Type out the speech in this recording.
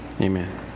Amen